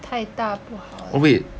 太大不好耶